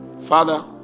father